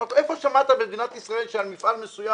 איפה שמעת במדינת ישראל שעל מפעל מסוים